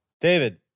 David